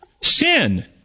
Sin